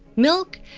milk,